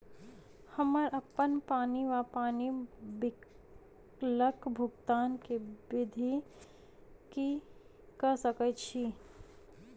हम्मर अप्पन पानि वा पानि बिलक भुगतान केँ विधि कऽ सकय छी?